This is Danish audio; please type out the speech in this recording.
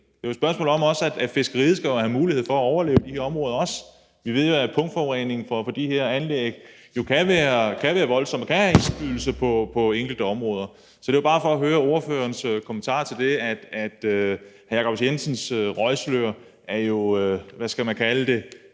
Det er jo også et spørgsmål om, at fiskeriet skal have en mulighed for at overleve på de her områder. Vi ved jo, at punktforureningen fra de her anlæg kan være voldsom og kan have indflydelse på enkelte områder. Så det er jo bare for at høre ordførerens kommentar til det, at hr. Jacob Jensens røgslør er en gang drilleri,